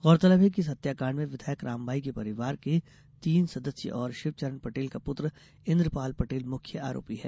गौरतलब है कि इस हत्याकांड मे विधायक रामबाई के परिवार के तीन सदस्य और शिवचरण पटेल का पुत्र इन्द्रपाल पटेल मुख्य आरोपी है